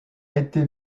été